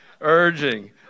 urging